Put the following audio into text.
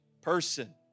person